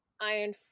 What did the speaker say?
Iron